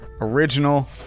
Original